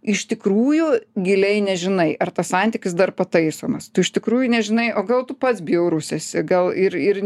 iš tikrųjų giliai nežinai ar tas santykis dar pataisomas tu iš tikrųjų nežinai o gal tu pats bjaurus esi gal ir ir